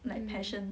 like passion